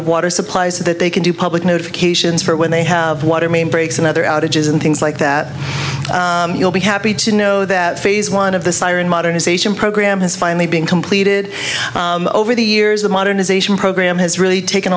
of water supplies that they can do public notifications for when they have water main brakes and other outages and things like that you'll be happy to know that phase one of the siren modernization program has finally been completed over the years the modernization program has really taken